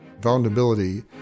Vulnerability